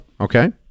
okay